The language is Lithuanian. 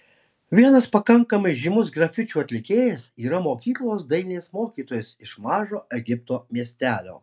vienas pakankamai žymus grafičių atlikėjas yra mokyklos dailės mokytojas iš mažo egipto miestelio